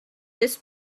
this